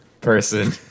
person